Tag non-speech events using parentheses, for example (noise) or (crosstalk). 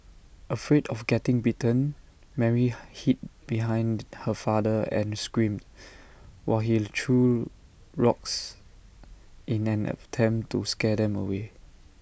afraid of getting bitten Mary (unintelligible) hid behind her father and screamed while he threw rocks in an attempt to scare them away